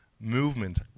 movement